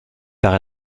par